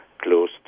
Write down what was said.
close